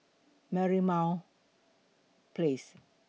Merlimau Place